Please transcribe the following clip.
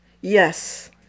Yes